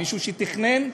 מישהו שתכנן,